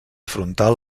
frontal